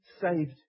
saved